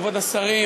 כבוד השרים,